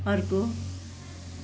अर्को